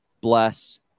bless